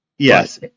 Yes